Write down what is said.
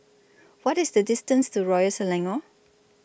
What IS The distance to Royal Selangor